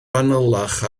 fanylach